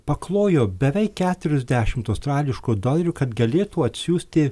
paklojo beveik keturiasdešimt australiškų dolerių kad galėtų atsiųsti